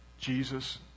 Jesus